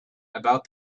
about